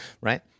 right